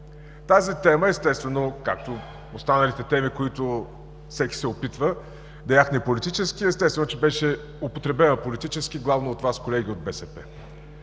Тази тема, като останалите теми, които всеки се опитва да яхне политически, естествено, беше употребена политически главно от Вас, колеги от БСП.